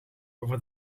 over